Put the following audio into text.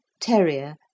Terrier